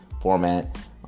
format